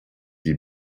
die